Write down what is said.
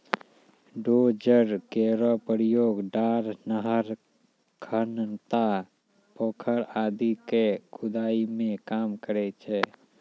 dozer केरो प्रयोग डार, नहर, खनता, पोखर आदि क खुदाई मे काम करै छै